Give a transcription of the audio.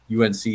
UNC